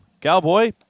Cowboy